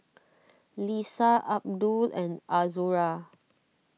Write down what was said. Lisa Abdul and Azura